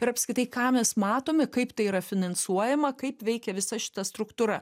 ir apskritai ką mes matome kaip tai yra finansuojama kaip veikia visa šita struktūra